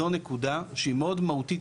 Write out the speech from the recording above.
זו נקודה מאוד מהותית,